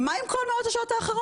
מה עם כל השעות האחרות?